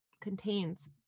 contains